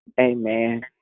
Amen